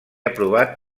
aprovat